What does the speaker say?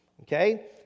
Okay